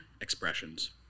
expressions